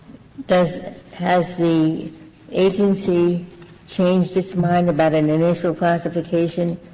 does has the agency changed its mind about an initial classification?